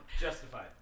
Justified